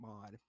mod